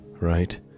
right